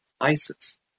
ISIS